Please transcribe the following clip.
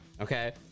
Okay